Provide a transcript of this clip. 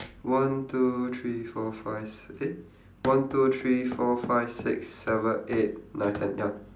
one two three four five s~ eh one two three four five six seven eight nine ten ya